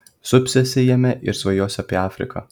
supsiuosi jame ir svajosiu apie afriką